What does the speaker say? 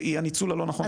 היא הניצול הלא נכון.